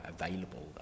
available